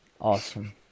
Awesome